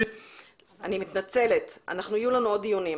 היו"ר --- אני מתנצלת יהיו לנו עוד דיונים.